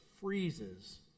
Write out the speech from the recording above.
freezes